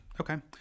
okay